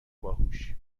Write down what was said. باهوش